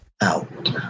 Out